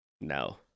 No